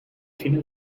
fine